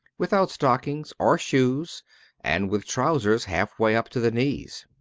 without stockings or shoes and with trousers half way up to the knees?